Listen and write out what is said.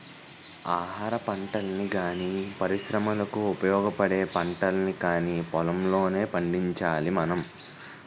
ఆహారపంటల్ని గానీ, పరిశ్రమలకు ఉపయోగపడే పంటల్ని కానీ పొలంలోనే పండించాలి మనం